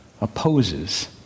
opposes